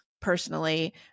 personally